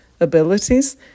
abilities